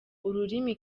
ururimi